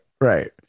right